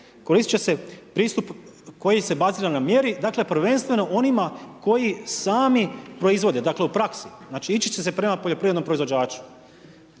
koristit će se pristup koji se bazi na mjeri dakle, prvenstveno onima koji sami proizvode, dakle u praksi. Znači, ići će se prema poljoprivrednom proizvođaču.